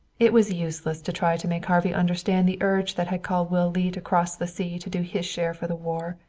it was useless to try to make harvey understand the urge that had called will leete across the sea to do his share for the war,